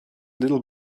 little